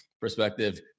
perspective